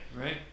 right